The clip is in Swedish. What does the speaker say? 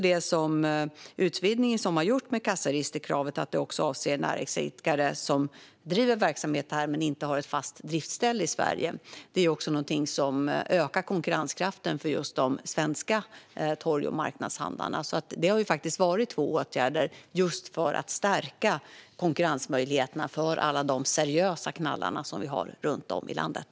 Den utvidgning som gjordes så att kassaregisterkravet också avser näringsidkare som driver verksamhet i Sverige utan att ha ett fast driftsställe är också någonting som ökar konkurrenskraften för de svenska torg och marknadshandlarna. Detta var två åtgärder just för att stärka konkurrensmöjligheterna för alla seriösa knallar som vi har runt om i landet.